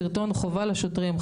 סרטון חובה לשוטרים.